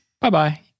Bye-bye